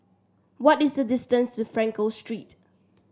what is the distance to Frankel Street